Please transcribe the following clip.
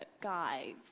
guy